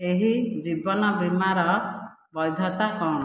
ଏହି ଜୀବନ ବୀମାର ବୈଧତା କ'ଣ